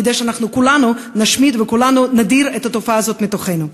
כדי שכולנו נשמיד וכולנו נדיר את התופעה הזאת מתוכנו.